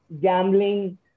gambling